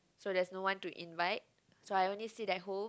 so there's no one to invite so I only sit at home